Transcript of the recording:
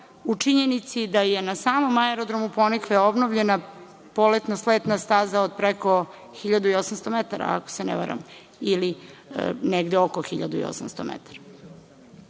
u činjenici da je na samom aerodromu „Ponikve“ obnovljena poletno-sletna staza od preko 1.800 metara, ako se ne varam, ili negde oko 1.800 metara. Druge